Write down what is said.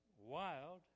wild